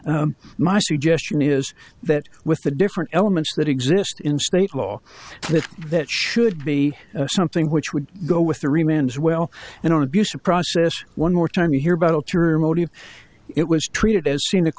my suggestion is that with the different elements that exist in state law that should be something which would go with the remains well and an abuse of process one more time you hear about your motive it was treated as s